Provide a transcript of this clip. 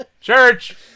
church